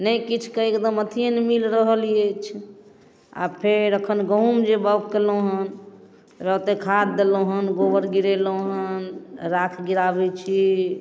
नहि किछु कऽ एकदम अथिए नहि मिलि रहल अछि आब फेर एखन गहूम जे बाउग केलहुँ हँ ओतेक खाद देलहुँ हँ गोबर गिरेलहुँ हँ राख गिराबै छी